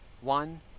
one